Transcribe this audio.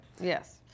Yes